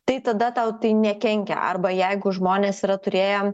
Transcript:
tai tada tau tai nekenkia arba jeigu žmonės yra turėję